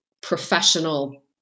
professional